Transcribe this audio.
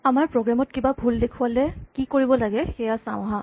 আমাৰ প্ৰগ্ৰেম ত কিবা ভুল দেখুৱালে কি কৰিব লাগে চাওঁ আহা